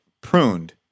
pruned